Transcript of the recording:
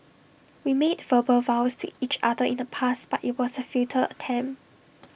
we made verbal vows to each other in the past but IT was A futile attempt